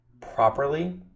properly